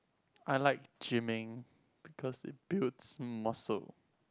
I like gymming because it builds muscle